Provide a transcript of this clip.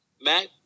Matt